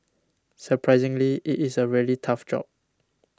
surprisingly it is a really tough job